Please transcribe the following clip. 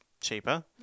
cheaper